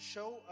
Show